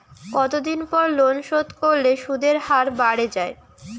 কতদিন পর লোন শোধ করলে সুদের হার বাড়ে য়ায়?